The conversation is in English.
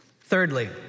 Thirdly